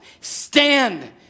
stand